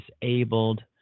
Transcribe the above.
disabled